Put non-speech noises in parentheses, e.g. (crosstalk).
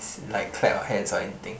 (noise) like clap our hands or anything